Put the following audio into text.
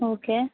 okay